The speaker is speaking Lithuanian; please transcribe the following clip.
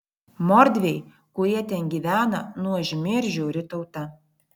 mordviai kurie ten gyvena nuožmi ir žiauri tauta